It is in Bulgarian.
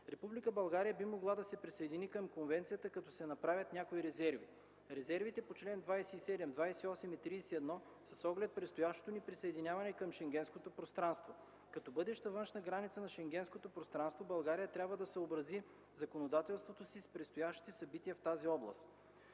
Република България би могла да се присъедини към Конвенцията, като се направят някои резерви. Резервите по чл. 27, 28 и 31 са с оглед предстоящото ни присъединяване към Шенгенското пространство. Като бъдеща външна граница на Шенгенското пространство, България трябва да съобрази законодателството си с предстоящите събития в тази област.